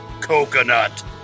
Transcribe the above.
coconut